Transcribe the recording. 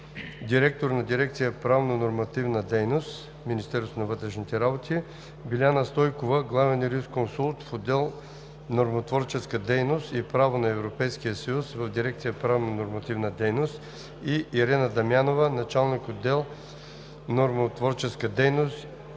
директор на дирекция „Правнонормативна дейност“ в Министерството на вътрешните работи, Биляна Стайкова – главен юрисконсулт в отдел „Нормотворческа дейност и право на Европейския съюз“ в дирекция „Правнонормативна дейност“, и Ирена Дамянова – началник-отдел „Нормотворческа дейност